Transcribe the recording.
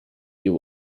you